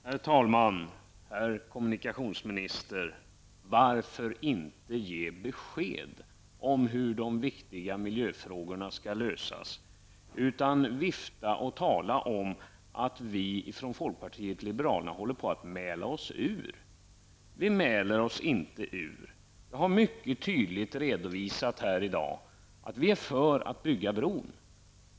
Herr talman! Herr kommunikationsminister! Varför inte ge besked om hur de viktiga miljöfrågorna skall lösas? I stället viftas det och talas det om att vi i folkpartiet liberalerna håller på att mäla oss ur. Vi mälar oss inte ur. Jag har mycket tydligt här i dag redovisat att vi är för att bygga bron.